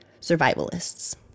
survivalists